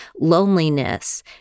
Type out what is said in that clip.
loneliness